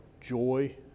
joy